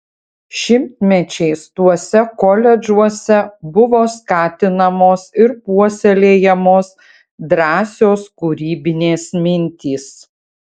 šimtmečiais tuose koledžuose buvo skatinamos ir puoselėjamos drąsios kūrybinės mintys